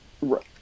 Right